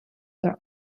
there